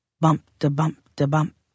Bump-da-bump-da-bump